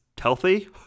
healthy